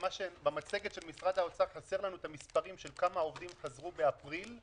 שבמצגת של משרד האוצר חסרים לנו המספרים של כמה עובדים חזרו באפריל.